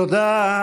תודה.